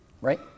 Right